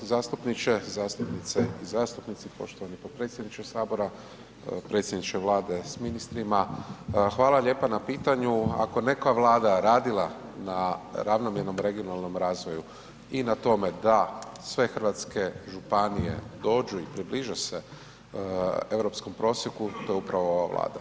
Poštovani zastupniče, zastupnice i zastupnici, poštovani potpredsjedniče HS, predsjedniče Vlade s ministrima, hvala lijepa na pitanju, ako je neka Vlada radila na ravnomjernom regionalnom razvoju i na tome da sve hrvatske županije dođu i približe se europskom prosjeku, to je upravo ova Vlada.